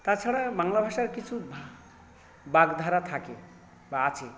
তাছাড়া বাংলা ভাষার কিছু বাহ্ বাগধারা থাকে বা আছে